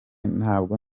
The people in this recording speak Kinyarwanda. ntabwo